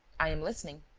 i am listening.